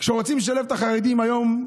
כשרוצים לשלב את החרדים היום,